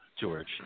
George